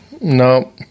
No